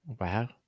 Wow